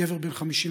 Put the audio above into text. גבר בן 55,